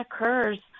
occurs